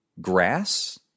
grass